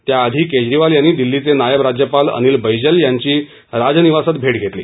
त्या आधी केजरीवाल यांनी दिल्लीचे नायब राज्यपाल अनिल बैजंल यांची राज निवासात भेट घेतली